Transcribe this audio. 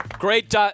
Great